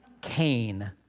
Cain